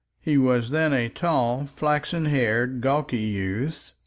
he was then a tall, flaxen-haired, gawky youth,